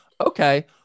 okay